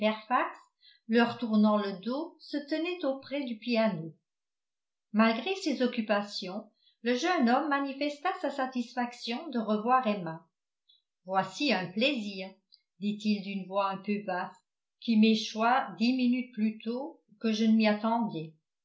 leur tournant le dos se tenait auprès du piano malgré ses occupations le jeune homme manifesta sa satisfaction de revoir emma voici un plaisir dit-il d'une voix un peu basse qui m'échoit dix minutes plus tôt que je ne m'y attendais